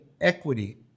equity